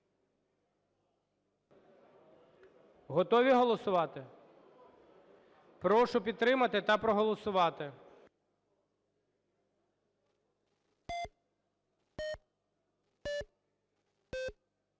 Готові голосувати? Прошу підтримати та проголосувати.